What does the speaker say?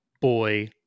boy